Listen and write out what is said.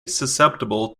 susceptible